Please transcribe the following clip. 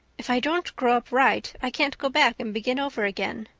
if i don't grow up right i can't go back and begin over again.